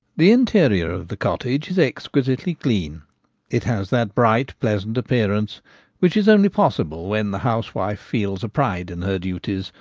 the interior of the cottage is exquisitely clean it has that bright pleasant appearance which is only possible when the housewife feels a pride in her duties,